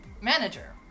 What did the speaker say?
manager